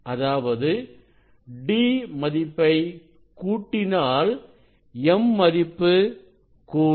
அதாவது d மதிப்பை கூட்டினால் m மதிப்பு கூடும்